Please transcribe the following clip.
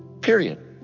Period